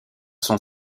sont